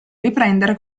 riprendere